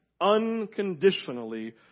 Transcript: unconditionally